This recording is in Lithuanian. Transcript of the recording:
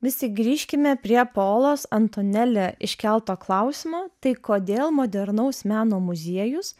visi grįžkime prie polos antoneli iškelto klausimo tai kodėl modernaus meno muziejus